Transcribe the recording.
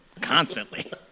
Constantly